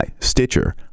Stitcher